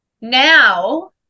Now